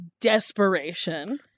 desperation